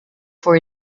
for